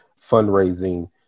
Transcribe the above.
fundraising